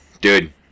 Dude